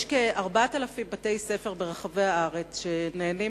יש כ-4,000 בתי-ספר ברחבי הארץ שנהנים